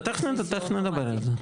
תיכף נדבר על זה.